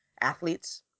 Athletes